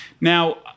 Now